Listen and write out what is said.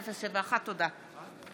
5071. תודה.